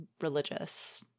religious